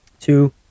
Two